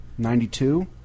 92